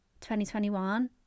2021